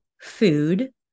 food